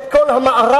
את כל המערב,